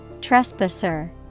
trespasser